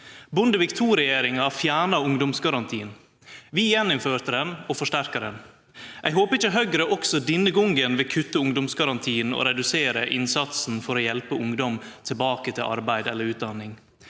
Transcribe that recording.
Bondevik IIregjeringa fjerna ungdomsgarantien. Vi førte han inn igjen og forsterka han. Eg håpar ikkje Høgre også denne gongen vil kutte ungdomsgarantien og redusere innsatsen for å hjelpe ungdom tilbake til arbeid eller utdanning.